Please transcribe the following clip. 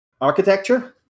architecture